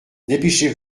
dépêchez